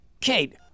Kate